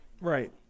Right